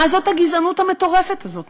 מה זאת הגזענות המטורפת הזאת?